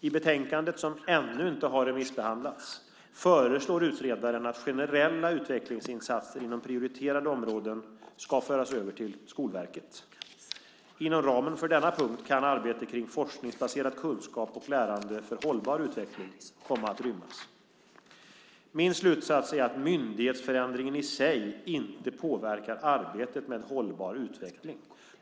I betänkandet, som ännu inte har remissbehandlats, föreslår utredaren att generella utvecklingsinsatser inom prioriterade områden ska föras över till Skolverket. Inom ramen för denna punkt kan arbete kring forskningsbaserad kunskap och lärande för hållbar utveckling komma att rymmas. Min slutsats är att myndighetsförändringen inte påverkar arbetet med hållbar utveckling.